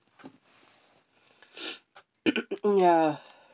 ya